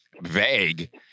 vague